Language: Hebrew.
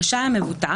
רשאי המבוטח,